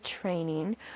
training